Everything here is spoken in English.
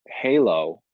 Halo